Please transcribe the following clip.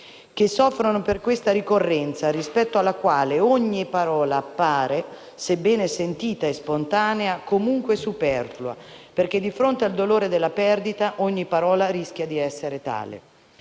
che soffrono per questa ricorrenza, rispetto alla quale ogni parola appare, sebbene sentita e spontanea, comunque superflua, perché di fronte al dolore della perdita ogni parola rischia di essere tale.